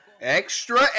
Extra